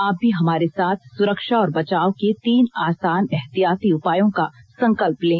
आप भी हमारे साथ सुरक्षा और बचाव के तीन आसान एहतियाती उपायों का संकल्प लें